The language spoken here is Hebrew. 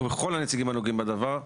ומכל הנציגים הנוגעים בדבר,